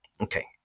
Okay